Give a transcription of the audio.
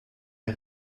der